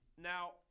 Now